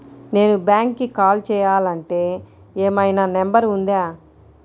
నేను బ్యాంక్కి కాల్ చేయాలంటే ఏమయినా నంబర్ ఉందా?